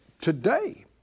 Today